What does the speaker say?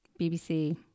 BBC